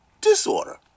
disorder